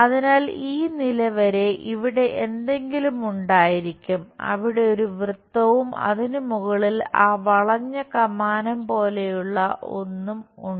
അതിനാൽ ഈ നില വരെ ഇവിടെ എന്തെങ്കിലും ഉണ്ടായിരിക്കും അവിടെ ഒരു വൃത്തവും അതിനു മുകളിൽ ആ വളഞ്ഞ കമാനം പോലെയുള്ള ഒന്നും ഉണ്ട്